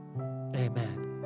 amen